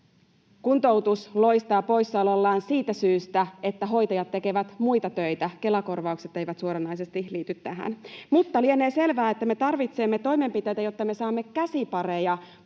Kuntoutus loistaa poissaolollaan siitä syystä, että hoitajat tekevät muita töitä. Kela-korvaukset eivät suoranaisesti liity tähän. Lienee selvää, että me tarvitsemme toimenpiteitä, jotta me saamme käsipareja kantamaan